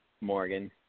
Morgan